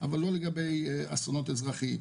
אבל לא לגבי אסונות אזרחיים.